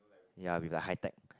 ya we got high tech